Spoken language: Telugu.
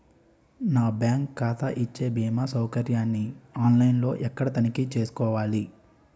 నా బ్యాంకు ఖాతా ఇచ్చే భీమా సౌకర్యాన్ని ఆన్ లైన్ లో ఎక్కడ తనిఖీ చేసుకోవాలి?